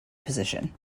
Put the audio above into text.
position